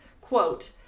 quote